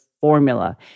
formula